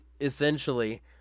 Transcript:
essentially